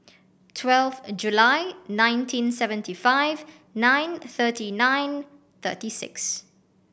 twelve a July nineteen seventy five nine thirty nine thirty six